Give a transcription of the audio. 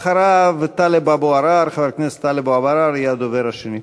אחריו, חבר הכנסת טלב אבו עראר, שיהיה הדובר השני.